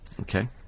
Okay